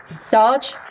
Sarge